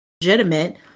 legitimate